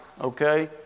okay